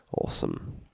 Awesome